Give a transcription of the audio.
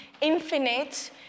infinite